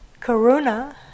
Karuna